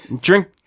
Drink